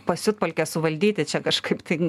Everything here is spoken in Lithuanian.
pasiutpolkę suvaldyti čia kažkaip tai